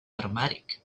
automatic